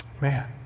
Man